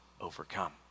overcome